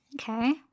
Okay